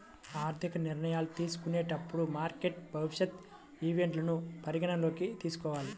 ఆర్థిక నిర్ణయాలు తీసుకునేటప్పుడు మార్కెట్ భవిష్యత్ ఈవెంట్లను పరిగణనలోకి తీసుకోవాలి